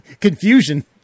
Confusion